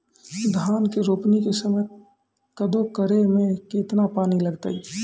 धान के रोपणी के समय कदौ करै मे केतना पानी लागतै?